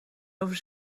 over